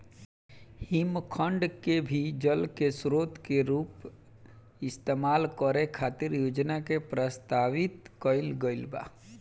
हिमखंड के भी जल के स्रोत के रूप इस्तेमाल करे खातिर योजना के प्रस्तावित कईल गईल बा